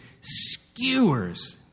skewers